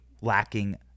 lacking